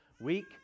week